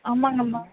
ஆமாம்ங்க மேம்